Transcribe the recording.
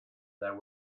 there